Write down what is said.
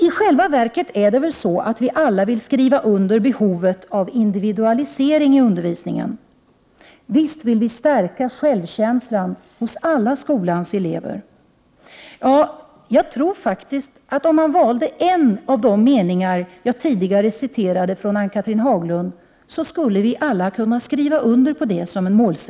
I själva verket är det väl så, att vi alla vill skriva under på behovet av individualisering i undervisningen. Visst vill vi stärka självkänslan hos alla elever i skolan. Ja, jag tror faktiskt att vi alla skulle kunna skriva under på den målsättning som uttrycks i en av de meningar jag tidigare citerade från Ann-Cathrine Haglund: ”Man skall kunna känna att man klarar av det man = Prot.